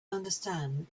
understand